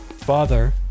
father